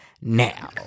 now